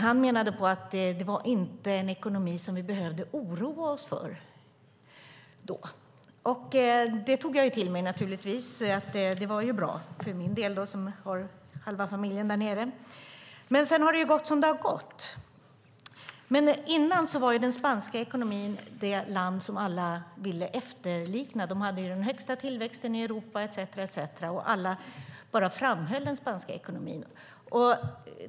Han menade på att det inte var en ekonomi som vi behövde oroa oss för då. Det tog jag naturligtvis till mig. Det var bra för min del, eftersom jag har halva familjen där nere. Sedan har det gått som det har gått. Men dessförinnan ville alla efterlikna den spanska ekonomin. De hade den högsta tillväxten i Europa etcetera. Alla framhöll den spanska ekonomin.